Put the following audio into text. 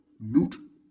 Newt